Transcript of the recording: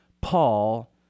Paul